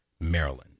Maryland